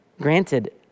granted